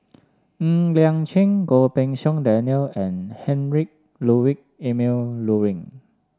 Ng Liang Chiang Goh Pei Siong Daniel and Heinrich Ludwig Emil Luering